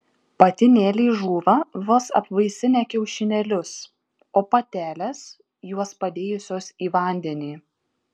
patinėliai žūva vos apvaisinę kiaušinėlius o patelės juos padėjusios į vandenį